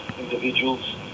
individuals